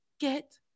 get